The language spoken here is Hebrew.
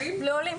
לעולים.